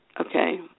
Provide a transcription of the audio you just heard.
Okay